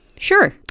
sure